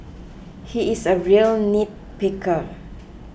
he is a real nitpicker